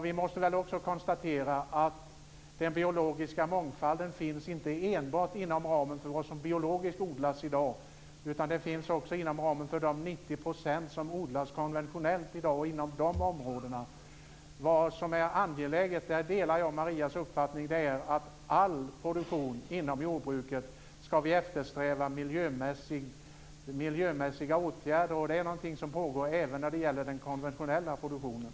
Vi måste väl också konstatera att den biologiska mångfalden inte finns enbart inom ramen för vad som biologiskt odlas i dag, utan det finns också inom ramen för de 90 % av områdena som odlas konventionellt. Jag delar Marias uppfattning att vi inom all produktion i jordbruket ska eftersträva miljömässiga åtgärder, och sådana vidtas också inom den konventionella produktionen.